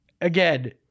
again